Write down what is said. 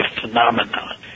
phenomenon